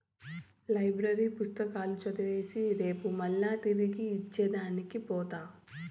library పుస్తకాలు చదివేసి రేపు మల్లా తిరిగి ఇచ్చే దానికి పోత